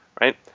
Right